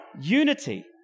unity